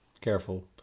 careful